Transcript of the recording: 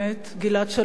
גלעד שליט,